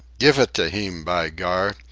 gif it to heem, by gar!